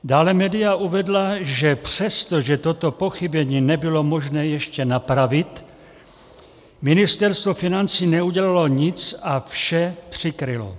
Dále média uvedla, že přesto, že toto pochybení bylo možné ještě napravit, Ministerstvo financí neudělalo nic a vše přikrylo.